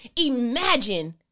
Imagine